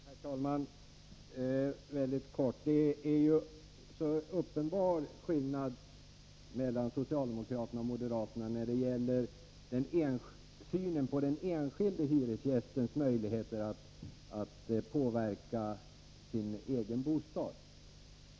Herr talman! Mycket kort: Det är en uppenbar skillnad mellan socialdemokraterna och moderaterna när det gäller synen på den enskilde hyresgästens möjligheter att påverka sin egen bostad.